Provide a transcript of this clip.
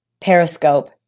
Periscope